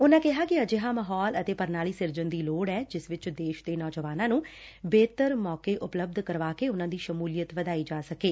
ਉਨਾਂ ਨੇ ਕਿਹਾ ਕਿ ਅਜਿਹਾ ਮਾਹੌਲ ਅਤੇ ਪ੍ਰਣਾਲੀ ਸਿਰਜਣ ਦੀ ਲੋੜ ਐ ਜਿਸ ਚ ਦੇਸ਼ ਦੇ ਨੌਜਵਾਨਾਂ ਨੂੰ ਬਿਹਤਰ ਮੌਕੇ ਉਪਲਬੱਧ ਕਰਵਾ ਕੇ ਉਨਾਂ ਦੀ ਸ਼ਮੁਲੀਅਤ ਵਧਾਈ ਜਾ ਸਕੇ